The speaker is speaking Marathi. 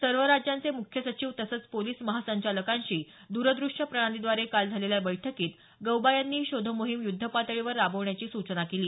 सर्व राज्यांचे मुख्य सचिव तसंच पोलिस महासंचालकांशी द्रदृष्य प्रणालीद्वारे काल झालेल्या बैठकीत गौबा यांनी ही शोधमोहीम युद्धपातळीवर राबवण्याची सूचना केली